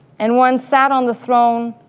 and one sat on the throne.